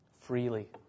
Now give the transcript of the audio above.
freely